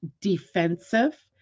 defensive